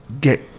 get